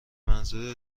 منظور